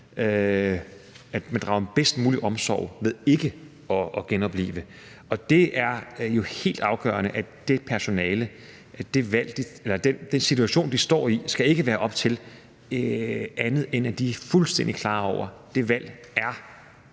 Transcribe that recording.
her drages der bedst omsorg ved ikke at genoplive. Det er jo helt afgørende, at den situation, det personale står i, skal være sådan, at de er fuldstændig klar over, at det valg er